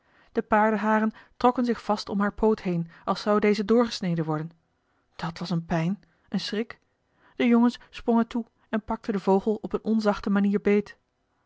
de paardenharen trokken zich vast om haar poot heen als zou deze doorgesneden worden dat was een pijn een schrik de jongens sprongen toe en pakten den vogel op een onzachte manier beet